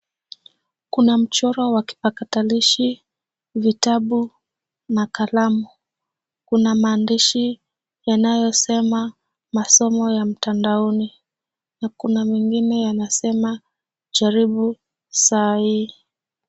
Kuna mchoro wa kipakatalishi, vitabu, na kalamu. Kuna maandishi yanayosema masomo ya mtandaoni, na kuna mengine yanasema jaribu saa hii.